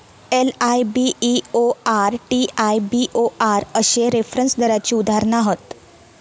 LIBOR, TIBOR अश्ये reference दराची उदाहरणा हत